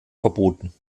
verboten